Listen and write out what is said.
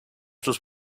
sus